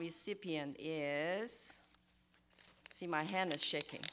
recipient see my hand is shaking